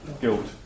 guilt